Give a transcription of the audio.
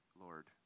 Lord